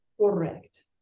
Correct